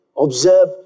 observe